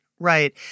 Right